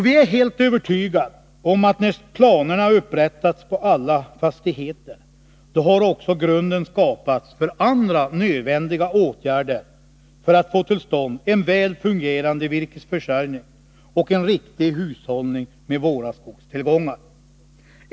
Vi är helt övertygade om att när planerna har upprättats på alla fastigheter, då har också grunden skapats för andra nödvändiga åtgärder för att få till stånd en väl fungerande virkesförsörjning och en riktig hushållning med våra skogstillgångar.